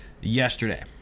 yesterday